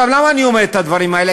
למה אני אומר את הדברים האלה?